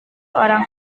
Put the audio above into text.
orang